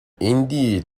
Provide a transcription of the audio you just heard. indeed